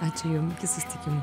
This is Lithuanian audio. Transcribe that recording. ačiū jum iki susitikimų